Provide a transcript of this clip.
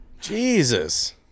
Jesus